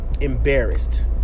embarrassed